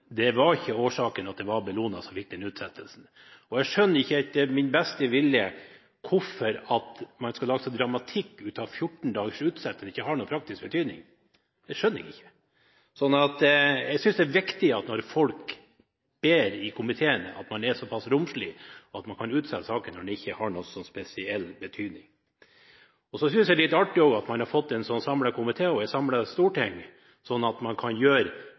Det var ikke Bellona som var årsaken til utsettelsen. Jeg skjønner ikke med min beste vilje hvorfor man skal lage så mye dramatikk ut av 14 dagers utsetting når det ikke har noen praktisk betydning. Det skjønner jeg ikke. Jeg synes det er viktig at komiteen er såpass romslig at man kan utsette saken når det ikke har noen spesiell betydning. Jeg synes det er artig at det er en samlet komité og et samlet storting, slik at man kan gjøre